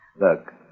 Look